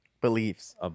beliefs